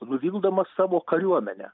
nuvildamas savo kariuomenę